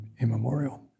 immemorial